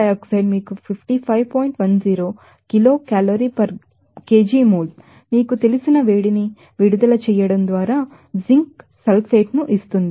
10 kilo calorie per kg mole మీకు తెలిసిన వేడిని విడుదల చేయడం ద్వారా జింక్ సల్ఫేట్ ను ఇస్తుంది